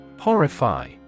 Horrify